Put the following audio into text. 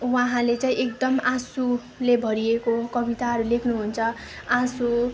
उहाँले चाहिँ एकदम आँसुले भरिएको कविताहरू लेख्नुहुन्छ आँसु